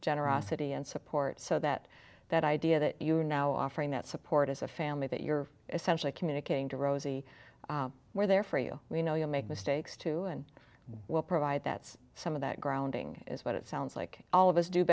generosity and support so that that idea that you are now offering that support as a family that you're essentially communicating to rosie we're there for you we know you make mistakes too and we'll provide that's some of that grounding is what it sounds like all of us do